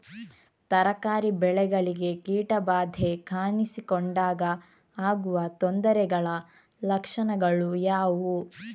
ತರಕಾರಿ ಬೆಳೆಗಳಿಗೆ ಕೀಟ ಬಾಧೆ ಕಾಣಿಸಿಕೊಂಡಾಗ ಆಗುವ ತೊಂದರೆಗಳ ಲಕ್ಷಣಗಳು ಯಾವುವು?